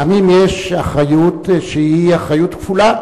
פעמים יש אחריות שהיא אחריות כפולה